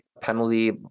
penalty